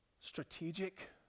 strategic